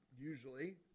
Usually